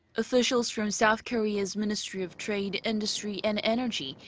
officials from south korea's ministry of trade, industry and energy.